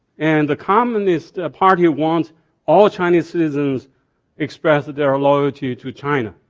and the communist party wants all chinese citizen express their ah loyalty to china,